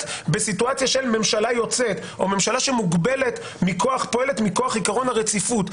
בסיטואציה של ממשלה יוצאת או ממשלה שפועלת מכוח עיקרון הרציפות,